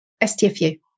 STFU